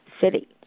City